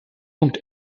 punkt